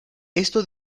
esto